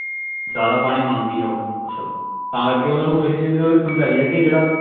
ਜ਼ਿਆਦਾ ਪਾਣੀ ਮੰਗਦੀ ਉਹ ਫਸਲ ਤਾਂ ਕਰਕੇ ਉਹਨਾਂ ਨੂੰ ਇਹ ਚੀਜ਼ ਸਮਝਾਈ ਹੈ ਕਿ ਜਿਹੜਾ